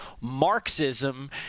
Marxism